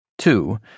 Two